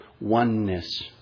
oneness